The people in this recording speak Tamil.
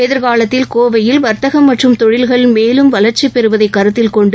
எதிர்காலத்தில் கோவையில் வர்த்தகம் மற்றும் தொழில்கள் மேலும் வளர்ச்சிபெறுவதை கருத்தில்கொண்டு